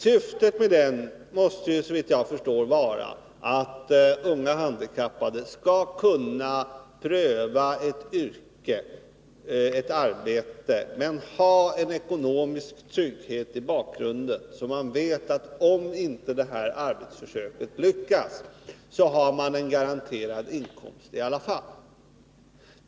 Syftet med den måste, såvitt jag förstår, vara att unga handikappade skall kunna pröva ett arbete men ha en ekonomisk trygghet i bakgrunden, så att man vet att om inte arbetsförsöket lyckas har man en garanterad inkomst i alla fall.